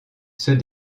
ceux